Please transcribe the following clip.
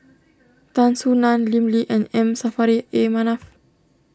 Tan Soo Nan Lim Lee and M Saffri A Manaf